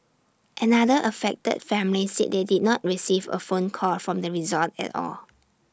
another affected family said they did not receive A phone call from the resort at all